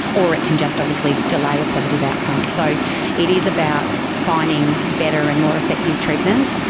or it can just obviously delay a positive outcome. so it is about finding better and more effective treatments,